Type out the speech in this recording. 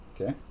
Okay